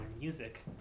music